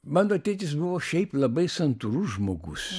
mano tėtis buvo šiaip labai santūrus žmogus